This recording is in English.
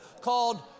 called